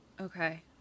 Okay